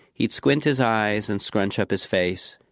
he'd squint his eyes, and scrunch up his face.